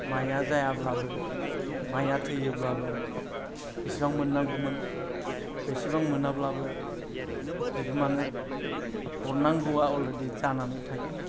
माइआ जायाब्लाबो माइआ थैयोब्लाबो बिसिबां मोननांगौमोन बेसेबां मोनाब्लाबो बिगोमानो हरनांगौआ अलरेडि जानानै थायो